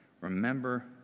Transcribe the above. Remember